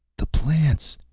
the plants!